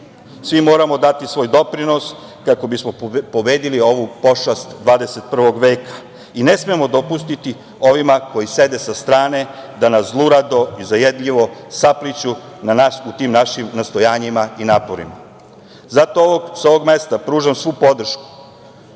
svi moramo dati svoj doprinos kako bismo pobedili ovu pošast 21 veka i ne smemo dopustiti ovim koji sede sa strane da nas zlurado i zajedljivo sapliću u tim našim nastojanjima i naporima. Zato sa ovog mesta pružam svu podršku